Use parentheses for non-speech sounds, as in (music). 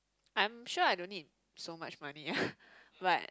I'm sure I don't need so much money ah (breath) but